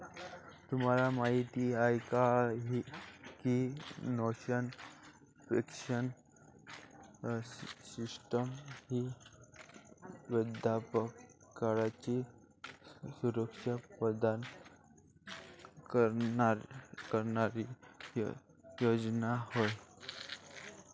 तुम्हाला माहिती आहे का की नॅशनल पेन्शन सिस्टीम ही वृद्धापकाळाची सुरक्षा प्रदान करणारी योजना आहे